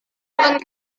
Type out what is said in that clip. akan